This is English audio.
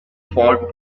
fort